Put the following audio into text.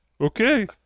Okay